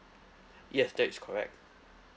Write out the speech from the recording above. yes that's correct